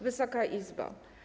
Wysoka Izbo!